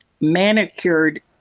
manicured